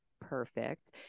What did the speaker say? perfect